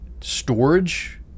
storage